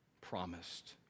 promised